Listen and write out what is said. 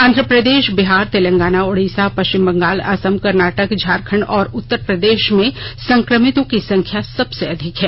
आंधप्रदेश बिहार तेलंगाना ओडिसा पश्चिम बंगाल असम कर्नाटक झारखंड और उत्तर प्रदेश में संकमितों की संख्या सबसे अधिक है